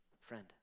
friend